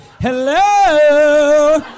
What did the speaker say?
hello